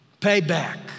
payback